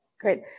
Great